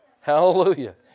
Hallelujah